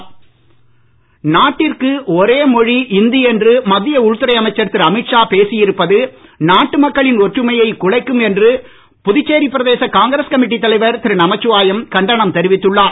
அமீத்ஷா நாட்டிற்கு ஒரே மொழி இந்தி என்று மத்திய உள்துறை அமைச்சர் திரு அமீத்ஷா பேசி இருப்பது நாட்டு மக்களின் ஒற்றுமையை குலைக்கும் என்று புதுச்சேரி பிரதேச காங்கிரஸ் கமிட்டித் தலைவர் திரு நமச்சிவாயம் கண்டனம் தெரிவித்துள்ளார்